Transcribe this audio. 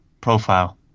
profile